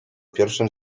pierwszym